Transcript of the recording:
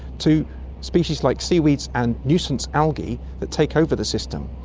to species like seaweeds and nuisance algae that take over the system.